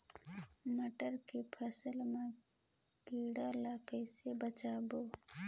मटर के फसल मा कीड़ा ले कइसे बचाबो?